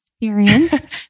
experience